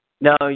No